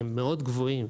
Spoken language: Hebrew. מאוד גבוהים.